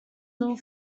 little